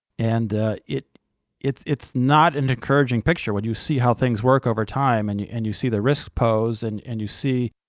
and it's it's not an encouraging picture when you see how things work over time, and you and you see the risks posed, and and you see